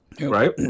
right